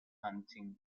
hunting